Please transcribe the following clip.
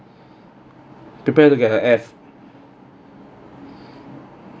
prepare to get an F